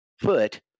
foot